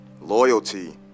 loyalty